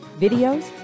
videos